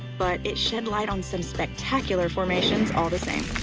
but it shed light on some spectacular formations all the same.